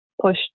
push